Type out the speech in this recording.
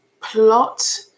plot